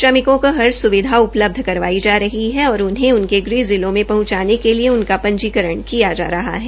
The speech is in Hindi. श्रमिकों को हर सुविधा उपलब्ध करवाई जा रही है और उन्हें ग़ह जिलों में पहुंचाने के लिए उनका पंजीकरण किया जा रहा है